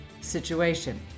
situation